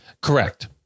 Correct